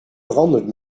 veranderd